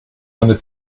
eine